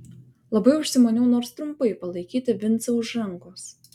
labai užsimaniau nors trumpai palaikyti vincą už rankos